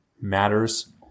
matters